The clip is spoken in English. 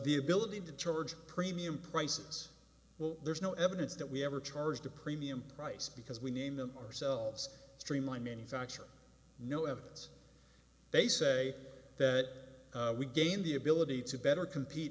the ability to charge a premium prices well there's no evidence that we ever charged a premium price because we name them ourselves streamline manufacture no evidence they say that we gained the ability to better compete